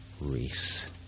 Reese